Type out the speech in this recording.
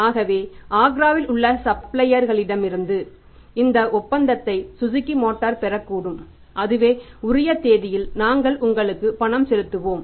ஆகவே ஆக்ராவில் உள்ள சப்ளையரிடமிருந்து இந்த ஒப்பந்தத்தை சுசுகி மோட்டார் பெறக்கூடும் அதுவே உரிய தேதியில் நாங்கள் உங்களுக்கு பணம் செலுத்துவோம்